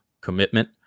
commitment